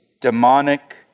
demonic